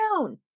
down